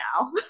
now